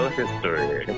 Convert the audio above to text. history